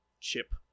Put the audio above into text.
chip